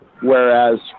whereas